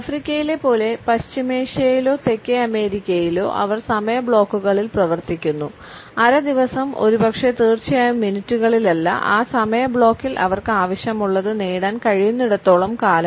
ആഫ്രിക്കയിലെ പോലെ പശ്ചിമേഷ്യയിലോ തെക്കേ അമേരിക്കയിലോ അവർ സമയ ബ്ലോക്കുകളിൽ പ്രവർത്തിക്കുന്നു അര ദിവസം ഒരുപക്ഷേ തീർച്ചയായും മിനിറ്റുകളിൽ അല്ല ആ സമയ ബ്ലോക്കിൽ അവർക്ക് ആവശ്യമുള്ളത് നേടാൻ കഴിയുന്നിടത്തോളം കാലം